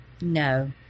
No